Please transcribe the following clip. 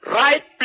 right